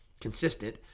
consistent